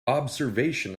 observation